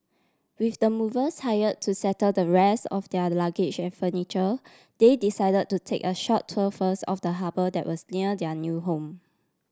with the movers hire to settle the rest of their luggage and furniture they decide to take a short tour first of the harbour that was near their new home